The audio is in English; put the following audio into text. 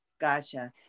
Gotcha